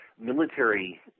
military